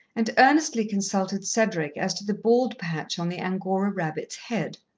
and earnestly consulted cedric as to the bald patch on the angora rabbit's head.